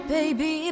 Baby